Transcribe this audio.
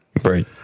Right